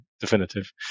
definitive